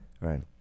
Right